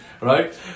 right